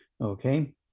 okay